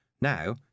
Now